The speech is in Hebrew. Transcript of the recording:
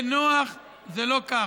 זה נוח, זה לא כך.